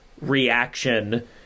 reaction